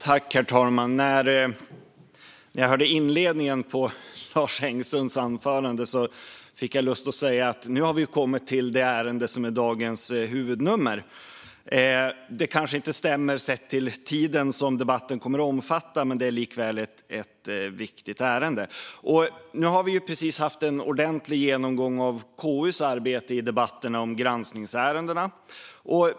Herr talman! När jag hörde inledningen på Lars Engsunds anförande fick jag lust att säga: Nu har vi kommit till det ärende som är dagens huvudnummer. Det kanske inte stämmer sett till tiden som debatten kommer att omfatta, men det är likväl ett viktigt ärende. Nu har vi precis haft en ordentlig genomgång av KU:s arbete i debatterna om granskningsärendena.